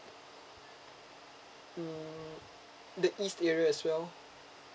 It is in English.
mm the east area as well